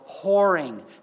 whoring